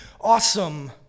awesome